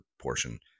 portion